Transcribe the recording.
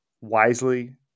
wisely